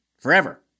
Forever